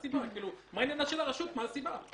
מה עניינה של הרשות מה הסיבה?